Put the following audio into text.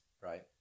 Right